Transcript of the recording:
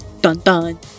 Dun-dun